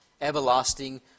everlasting